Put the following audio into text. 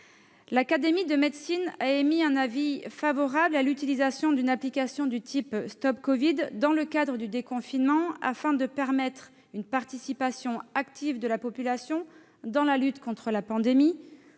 L'Académie de médecine a émis un avis favorable à l'utilisation d'une application de type StopCovid, dans le cadre du déconfinement. Ce dispositif permet une participation active de la population à la lutte contre la pandémie,